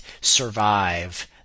survive